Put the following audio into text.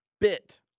bit